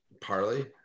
Parley